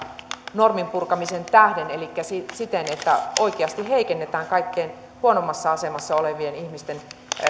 norminpurkamisen tähden elikkä siten että oikeasti heikennetään kaikkein huonoimmassa asemassa olevien ihmisten